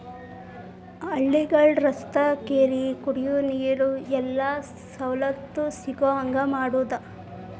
ಹಳ್ಳಿಗಳ ರಸ್ತಾ ಕೆರಿ ಕುಡಿಯುವ ನೇರ ಎಲ್ಲಾ ರೇತಿ ಸವಲತ್ತು ಸಿಗುಹಂಗ ಮಾಡುದ